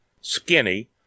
skinny